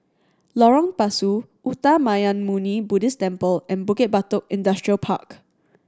Lorong Pasu Uttamayanmuni Buddhist Temple and Bukit Batok Industrial Park